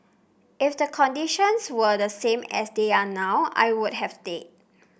if the conditions were the same as they are now I would have stayed